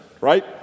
right